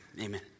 Amen